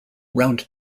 round